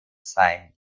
sein